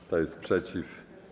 Kto jest przeciw?